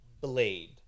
Blade